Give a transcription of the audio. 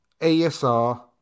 ASR